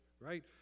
right